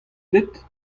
deuet